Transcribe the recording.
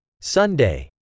Sunday